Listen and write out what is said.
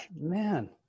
man